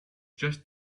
just